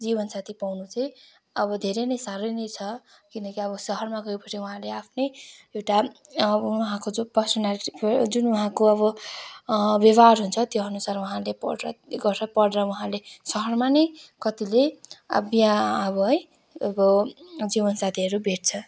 जीवनसाथी पाउनु चाहिँ अब धेरै नै साह्रो नै छ किनकि अब सहर गएपछि उहाँले आफ्नै एउटा उहाँको चाहिँ पर्सानेलिटीको जुन उहाँको अब व्यवहार हुन्छ त्यो अनुसार उहाँले पढेर त्यो गर्छ पढेर उहाँले घरमा नै कतिले अब बिहे अब है अब जीवनसाथीहरू भेट्छ